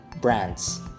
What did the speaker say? brands